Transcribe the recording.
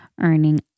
earning